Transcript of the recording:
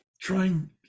trying